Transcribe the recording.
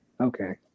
okay